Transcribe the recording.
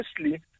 Firstly